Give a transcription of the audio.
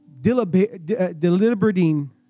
Deliberating